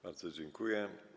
Bardzo dziękuję.